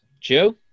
Joe